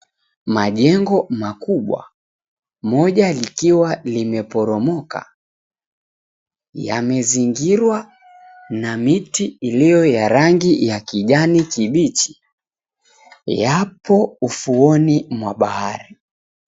Majengo makubwa, moja likiwa limeporomoka. Yamezingirwa na miti iliyo ya rangi ya kijani kibichi yapo ufuoni mwa bahari.